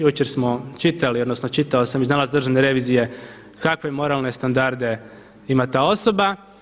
Jučer smo čitali, odnosno čitao sam i nalaz Državne revizije kakve moralne standarde ima ta osoba.